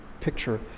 picture